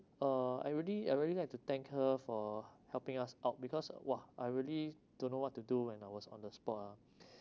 uh I really I really like to thank her for helping us out because !wah! I really don't know what to do when I was on the spot ah